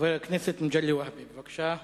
חבר הכנסת מגלי והבה, בבקשה.